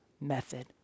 method